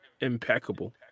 impeccable